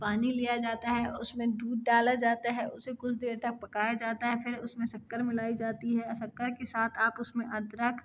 पानी लिया जाता है और उसमें दूध डाला ज़ाता है उसे कुछ देर तक पकाया जाता है फिर उसमें शक्कर मिलाई जाती है शक्कर के साथ आप उसमें अदरक